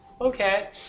Okay